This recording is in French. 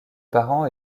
parents